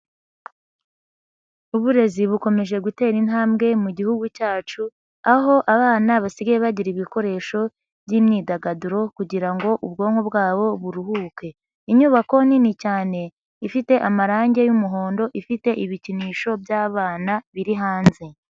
Uburezi bukomeje gutera intambwe mu mugihugu cyacu, aho abana basigaye bagira ibikoresho byimyidagaduro kugira ngo ubwonko bwabo buruhuke, inyubako nini cyane ifite amarangi y'umuhondo ifite ibikinisho byabana biri hanze.